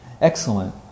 Excellent